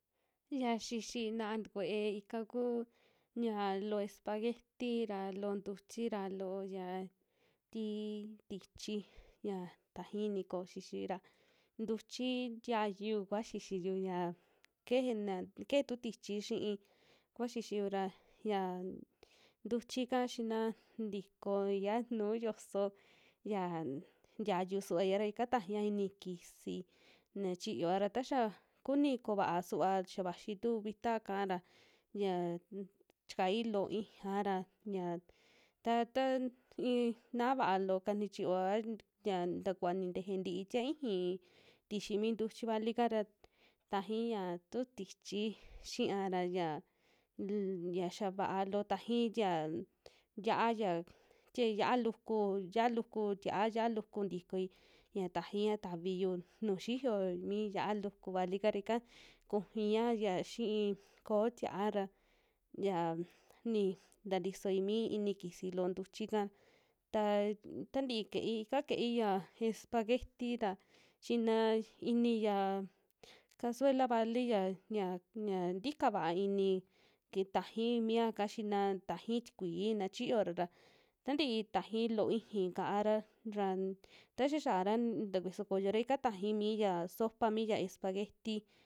Xia xixi na'a ntikue ika kuu ñaa loo espaguieti ra loo ntuchi ra loo yaa tii tichi ya taxai ini ko'o xixi ra, ntuchi ntiayuu kua xixiyu ya kejena, keje tu tichi xi'i kua xixiyu ra ya ntuchi'ka xina ntikoiya nuu yoso yaa ntiayuu suvai'a ra ika tajaia ini kisi na chiyoa ra taxa kunii kovaa suva xia vaxi tu vitaa'ka ra ñia un chikai loo ku iixiya ra, ya ta taa i'i na'a vaa loo'ka nichiyoa ya ntakuva ni nteje tii yie iixi tixi mi ntuchi vali'ka ra tajiya tu tichi xia'a ra ll xa vaa loo tajii tie yia'a ya tie yia'a luku, yia'a luku tia'a xia'a luku tikoi ña tajaiya taviyu nuju xiyo, mi yia'a luku valika ra ika kujuia ya xii kóo tia'a ra yan ni ntatisoi mi ini kisi loo ntuchi'ka, taa tantii kei, ika kei ya espaguieti'ta xinaa iniya cazuela vali yia, yia, yia ntika va'a ini ki tajai miaka, xina tajai tikui na chiyo'ra ra tantii tajai loo iixi ka'ara ra taxa xiara ntakuiso koyora ika tajai miya sopa mia espaguieti.